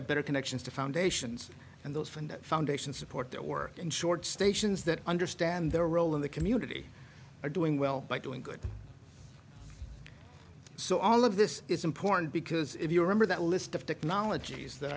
have better connections to foundations and those from that foundation support that work in short stations that understand their role in the community are doing well by doing good so all of this is important because if you remember that list of technologies that